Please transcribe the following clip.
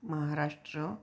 Maharashtra